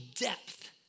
depth